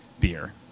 beer